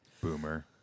boomer